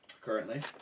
Currently